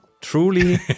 truly